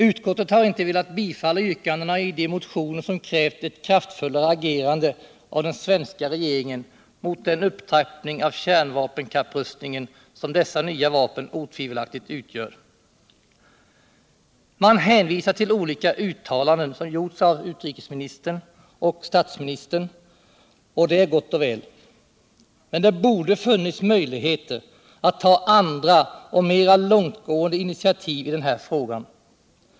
Utskouet har inte velat biträda yrkandena i de motioner som krävt ett kraftfullare agerande av den svenska regeringen mot den upptrappning av kärnvapenkapprustningen som dessa nya vapen otvivelaktigt utgör. Man hänvisar till olika uttalanden som gjorts av utrikesministern och statsministern, och det är gott och väl. Men det borde ha funnits möjligheter att ta andra och mera långtgående initiativ i den här frågan.